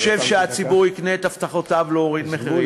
חושב שהציבור יקנה את הבטחותיו להוריד מחירים.